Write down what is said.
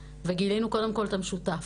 וגילינו קודם כל את המשותף,